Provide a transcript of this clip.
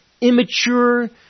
immature